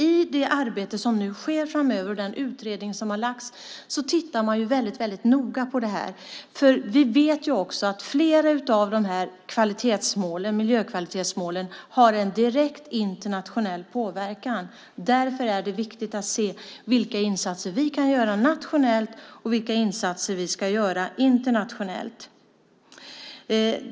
I det arbete som sker framöver, utifrån den utredning som har gjorts, tittar man väldigt noga på det här. Vi vet också att flera av de här miljökvalitetsmålen har en direkt internationell påverkan. Därför är det viktigt att se vilka insatser vi kan göra nationellt och vilka insatser vi ska göra internationellt.